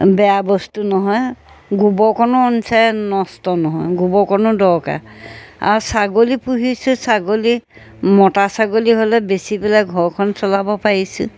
বেয়া বস্তু নহয় গোবৰকণো অনচাৰি নষ্ট নহয় গোবৰকণো দৰকাৰ আৰু ছাগলী পুহিছোঁ ছাগলী মতা ছাগলী হ'লে বেচি পেলাই ঘৰখন চলাব পাৰিছোঁ